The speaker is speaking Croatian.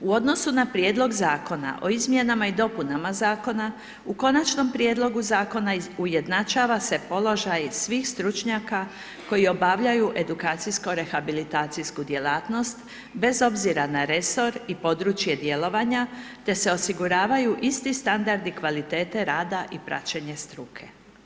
U odnosu na prijedlog Zakona o izmjenama i dopunama Zakona u konačnom prijedlogu Zakona ujednačava se položaj svih stručnjaka koji obavljaju edukacijsko-rehabilitacijsku djelatnost, bez obzira na resor i područje djelovanje, te se osiguravaju isti standardi kvalitete rada i praćenje struke.